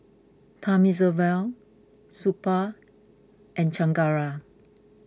Thamizhavel Suppiah and Chengara